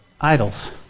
idols